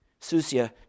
Susia